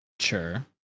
Sure